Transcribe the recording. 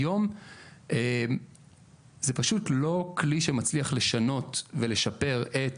היום זה פשוט לא כלי שמצליח לשנות ולשפר את